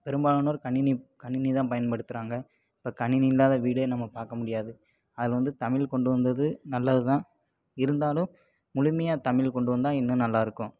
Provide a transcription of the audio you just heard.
பெரும்பாலானோர் கணினி கணினிதான் பயன்படுத்துகிறாங்க இப்போ கணினி இல்லாத வீடே நம்ம பார்க்க முடியாது அதில் வந்து தமிழ் கொண்டு வந்தது அது நல்லது தான் இருந்தாலும் முழுமையாக தமிழ் கொண்டு வந்தால் இன்னும் நல்லாயிருக்கும்